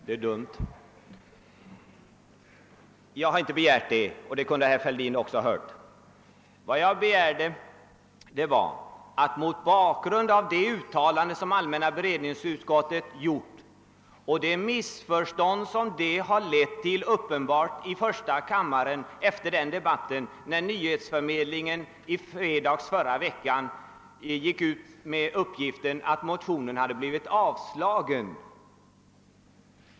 Vad jag begärde var en deklaration som visar regeringens intresse för denna fråga. Detta får ses mot bakgrunden av det uttalande som allmänna beredningsutskottet gjort. och det missförstånd som uppkommit efter debatten i första kammaren: i fredags förra veckan när nyhetsförmedlingen gick ut med uppgiften att motionen blivit avslagen.